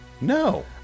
No